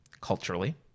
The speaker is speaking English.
culturally